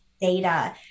data